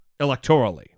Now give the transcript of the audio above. electorally